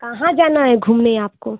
कहाँ जाना हे घूमने आपको